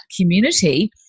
community